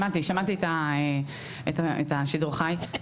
שמעתי את השידור החי.